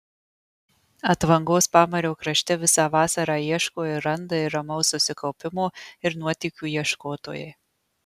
atvangos pamario krašte visą vasarą ieško ir randa ir ramaus susikaupimo ir nuotykių ieškotojai